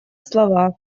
слова